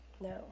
No